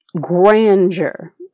grandeur